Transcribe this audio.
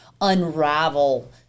unravel